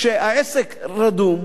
כשהעסק רדום,